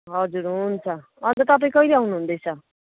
हजुर हुन्छ अन्त तपाईँ कहिले आउनुहुँदैछ